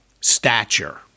stature